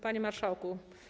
Panie Marszałku!